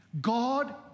God